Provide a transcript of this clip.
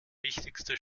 wichtigste